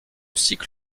style